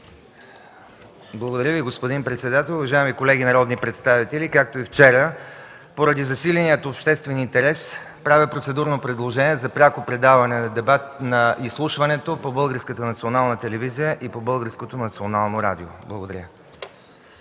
Благодаря Ви, господин председател. Уважаеми колеги народни представители, както и вчера, поради засиления обществен интерес правя процедурно предложение за пряко предаване на изслушването по Българската национална